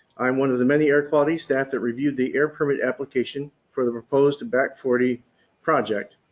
i'm one of the many air quality staff that reviewed the air permit application for the proposed back forty project.